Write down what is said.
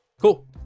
Cool